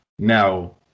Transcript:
Now